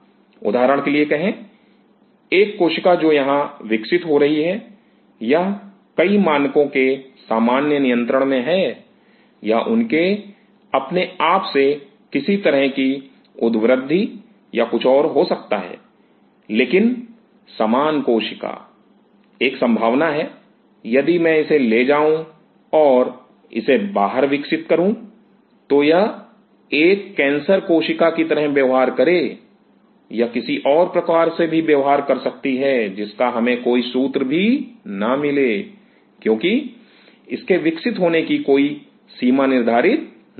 उदाहरण के लिए कहें एक कोशिका जो यहाँ विकसित हो रही है यह कई मानकों के सामान्य नियंत्रण में है यह उनके अपने आप से किसी तरह की उद्वृद्धि या कुछ और हो सकता है लेकिन समान कोशिका एक संभावना है यदि मैं इसे ले जाऊं और इसे बाहर विकसित करूं तो यह एक कैंसर कोशिका की तरह व्यवहार करे यह किसी और प्रकार से व्यवहार कर सकती है जिसका हमें कोई सूत्र भी ना मिले क्योंकि इसके विकसित होने की कोई सीमा निर्धारित नहीं है